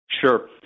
Sure